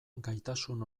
gaitasun